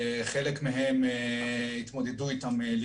בחלקם הייתה התמודדות ראשונה שלנו איתם,